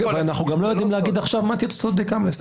אנחנו גם לא יודעים עכשיו להגיד מה יהיו תוצאות הבדיקה וכמה.